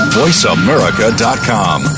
voiceamerica.com